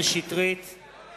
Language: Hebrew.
אני